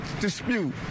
dispute